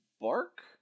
bark